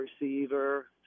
receiver